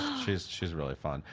she's she's really fun.